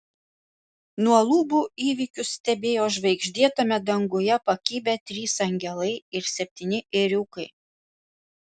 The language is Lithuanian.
nuo lubų įvykius stebėjo žvaigždėtame danguje pakibę trys angelai ir septyni ėriukai